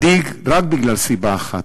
זה מדאיג רק בגלל סיבה אחת: